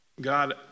God